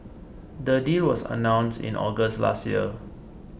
the deal was announced in August last year